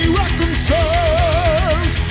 reconciled